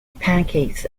pancakes